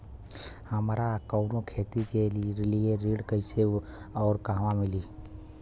हमरा कवनो खेती के लिये ऋण कइसे अउर कहवा मिली?